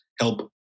help